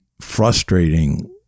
frustrating